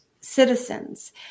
citizens